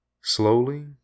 Slowly